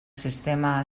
sistema